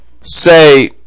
say